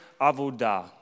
avodah